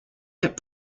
that